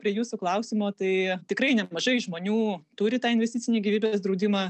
prie jūsų klausimo tai tikrai nemažai žmonių turi tą investicinį gyvybės draudimą